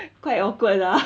quite awkward lah